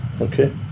Okay